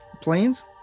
planes